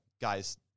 guys